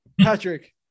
Patrick